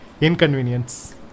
inconvenience